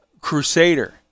crusader